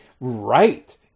right